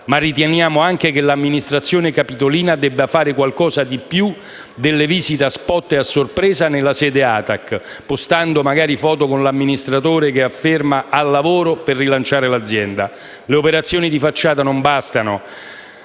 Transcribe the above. ma riteniamo anche che l'Amministrazione capitolina debba fare qualcosa di più delle visite a sorpresa nella sede ATAC, postando foto con l'amministratore unico che afferma «Al lavoro per rilanciare l'azienda». Le operazioni di facciata non bastano,